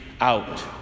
out